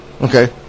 Okay